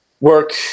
work